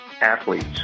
athletes